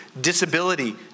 disability